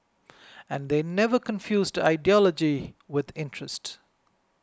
and they never confused ideology with interest